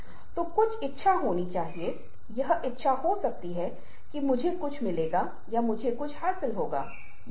अन्य संस्कृतियों में वहाँ एक समझौता हो सकता है कि इसका एक अलग तरीके से ठीक है का क्या मतलब है